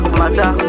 matter